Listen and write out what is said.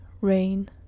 rain